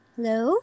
Hello